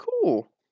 cool